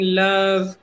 love